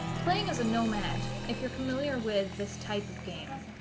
playing as a nomad if you're familiar with this type of game,